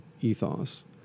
ethos